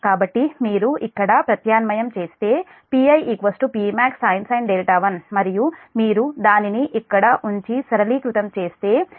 కాబట్టి మీరు ఇక్కడ ప్రత్యామ్నాయం చేస్తే Pi Pmax sin 1 మరియు మీరు దానిని ఇక్కడ ఉంచి సరళీకృతం చేస్తే అది